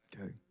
okay